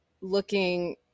looking